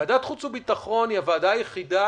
ועדת החוץ והביטחון היא הוועדה היחידה,